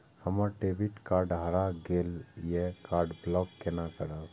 हमर debit card हरा गेल ये कार्ड ब्लॉक केना करब?